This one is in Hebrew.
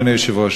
אדוני היושב-ראש,